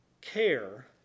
care